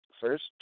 first